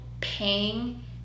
paying